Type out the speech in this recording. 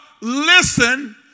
Listen